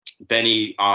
Benny